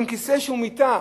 עם כיסא שהוא מיטה,